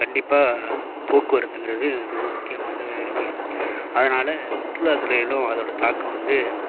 கண்டிப்பாக போக்குவரத்துங்கிறது மிக முக்கியமானதாக இருக்கு அதனால் சுற்றுலாத்துறையிலும் அதோடு தாக்கம் வந்து